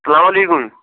اسلامُ علیکُم